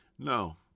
No